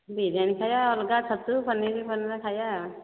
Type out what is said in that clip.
ବିରିୟାନୀ ଖାଇବା ଅଲଗା ଛତୁ ପନିର ଫନୀର ଖାଇବା